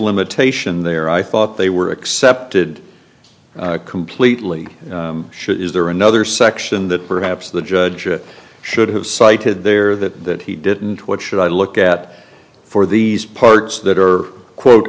limitation there i thought they were accepted completely sure is there another section that perhaps the judge it should have cited there that he didn't what should i look at for these parts that are quote